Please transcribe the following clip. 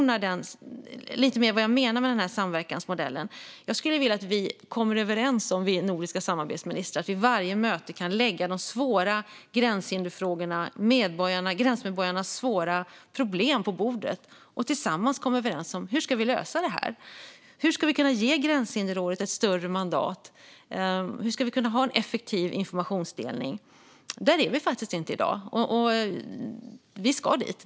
Jag vill nämna lite mer om vad jag menar med samverkansmodellen. Jag skulle vilja att vi nordiska samarbetsministrar kom överens om att vid varje möte lägga de svåra gränshinderfrågorna och gränsmedborgarnas svåra problem på bordet och tillsammans kom överens om hur vi ska lösa det hela. Hur ska vi kunna ge Gränshinderrådet ett större mandat? Hur kan vi få en effektiv informationsdelning? Där är vi inte i dag, men vi ska dit.